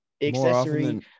accessory